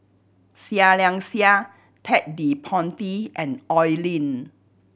Seah Liang Seah Ted De Ponti and Oi Lin